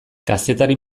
kazetari